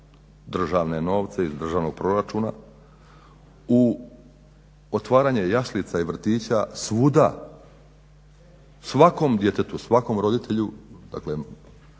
državne novce iz državnog proračuna u otvaranje jaslica i vrtića svuda svakom djetetu, svakom roditelju koje